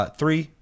three